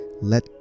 let